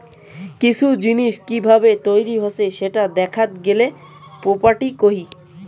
কিসু জিনিস কি ভাবে তৈরী হসে সেটা দেখাত গেলে প্রপার্টি কহে